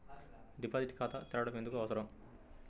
Deposit ఖాతా తెరవడం ఎందుకు అవసరం?